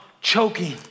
choking